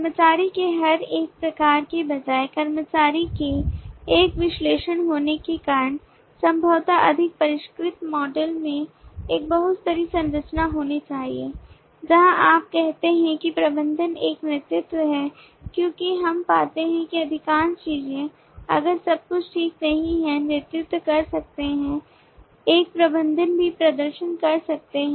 कर्मचारी के हर एक प्रकार के बजाय कर्मचारी के एक विशेषीकरण होने के कारण संभवतः अधिक परिष्कृत मॉडल में एक बहुस्तरीय संरचना होनी चाहिए जहां आप कहते हैं कि प्रबंधक एक नेतृत्व है क्योंकि हम पाते हैं कि अधिकांश चीजें अगर सब कुछ ठीक नहीं है नेतृत्व कर सकते हैं एक प्रबंधक भी प्रदर्शन कर सकते हैं